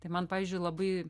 tai man pavyzdžiui labai